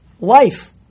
life